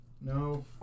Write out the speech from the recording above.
No